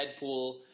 Deadpool